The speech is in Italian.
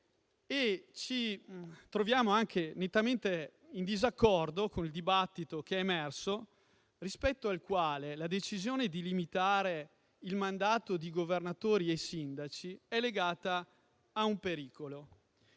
Ci troviamo anche nettamente in disaccordo con il dibattito che è emerso, rispetto al quale la decisione di limitare il mandato di governatori e sindaci è legata al pericolo